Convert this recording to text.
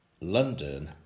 London